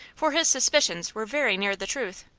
for his suspicions were very near the truth.